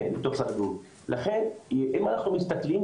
לכן אם אנחנו מסתכלים,